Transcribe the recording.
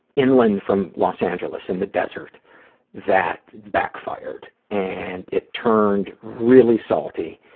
inland from los angeles in the desert that backfired. and it turned really salty.